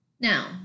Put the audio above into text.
Now